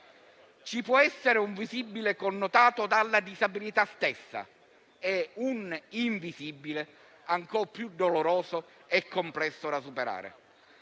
Ci può essere un visibile connotato della disabilità stessa e uno invisibile, ancor più doloroso e complesso da superare: